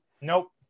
Nope